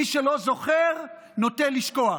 מי שלא זוכר, נוטה לשכוח.